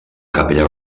capella